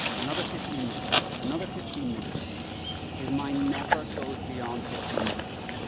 another fifteen minutes, another fifteen minutes his mind never goes beyond fifteen minutes.